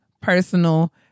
personal